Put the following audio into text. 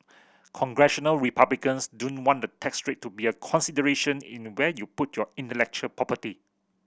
Congressional Republicans don't want the tax rate to be a consideration in where you put your intellectual property